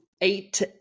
eight